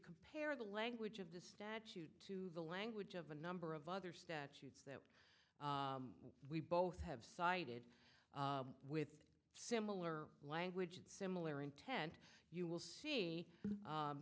compare the language of the statute to the language of a number of other statutes that we both have cited with similar language and similar intent you will see